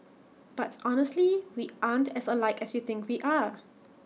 but honestly we aren't as alike as you think we are